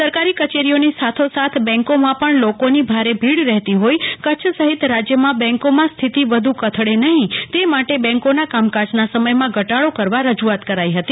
સરકારી કચેરીઓની સાથોસાથ બેંકોમાં પણ લોકોની ભારે ભીડ રહેતી હોઈ કચ્છ સહિત બેંકોમાં સ્થિતિ વધુ કથળે નહીં તે માટે બેંકોના કામકાજના સમયમાં ઘટાડો કરવા રજુઆત કરાઈ હતી